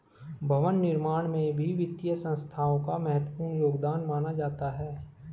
भवन निर्माण में भी वित्तीय संस्थाओं का महत्वपूर्ण योगदान माना जाता है